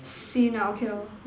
seen ah okay lor